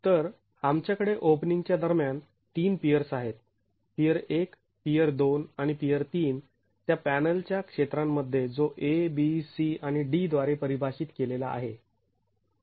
तर आमच्याकडे ओपनिंग च्या दरम्यान तीन पियर्स आहेत पियर १ पियर २ आणि पियर ३ त्या पॅनल च्या क्षेत्रांमध्ये जो A B C आणि D द्वारे परिभाषित केलेला आहे